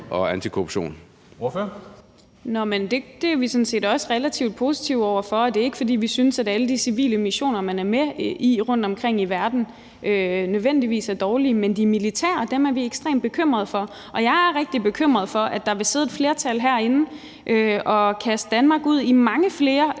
: Men det er vi sådan set også relativt positive over for, og det er ikke, fordi vi synes, at alle de civile missioner, man er med i rundtomkring i verden, nødvendigvis er dårlige, men de militære er vi ekstremt bekymrede for. Og jeg er rigtig bekymret for, at der vil sidde et flertal herinde og kaste Danmark ud i mange flere